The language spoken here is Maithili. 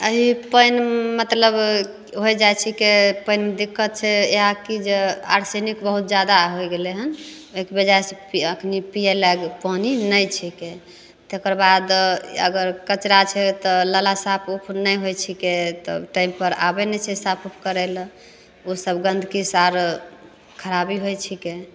एहि पानि मतलब होइ जाइ छिकै पानि दिक्कत छै आकि जे आर्सेनिक बहुत जादा हो गेलै हँ ओहिके वजहसे पिए एखन पिए लायक पानी नहि छिकै तकर बाद अगर कचरा छै तऽ नाला साफ उफ नहि होइ छिकै तब टाइमपर आबै नहि छै साफ उफ करैले ओ सब गन्दगीसे आओर खराबी होइ छिकै